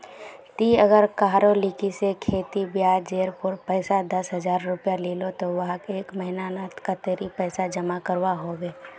ती अगर कहारो लिकी से खेती ब्याज जेर पोर पैसा दस हजार रुपया लिलो ते वाहक एक महीना नात कतेरी पैसा जमा करवा होबे बे?